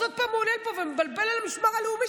עוד פעם הוא עולה לפה ומבלבל על המשמר הלאומי,